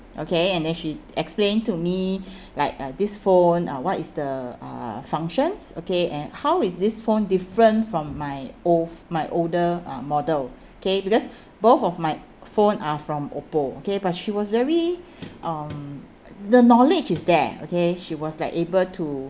okay and then she explained to me like this phone uh what is the uh functions okay and how is this phone different from my old my older uh model okay because both of my phone are from oppo okay but she was very um the knowledge is there okay she was like able to